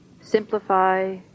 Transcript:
simplify